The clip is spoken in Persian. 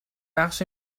بخش